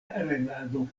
regado